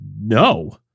no